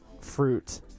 fruit